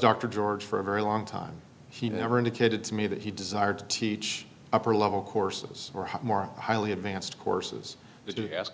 dr george for a very long time he never indicated to me that he desired to teach upper level courses or more highly advanced courses to ask